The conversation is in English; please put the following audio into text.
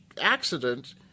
accident